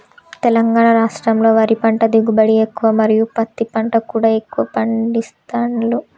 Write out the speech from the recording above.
తెలంగాణ రాష్టంలో వరి పంట దిగుబడి ఎక్కువ మరియు పత్తి పంట కూడా ఎక్కువ పండిస్తాండ్లు